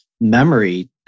memory